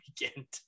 weekend